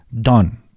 done